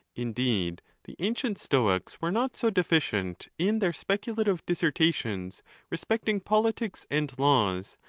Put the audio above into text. indeed, the ancient stoics were not so deficient in their speculative dis sertations respecting politics and laws,